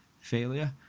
failure